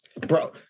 Bro